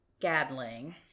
Gadling